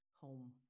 home